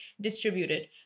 distributed